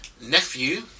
nephew